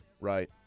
Right